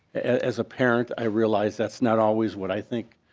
as a parent i realize that's not always what i think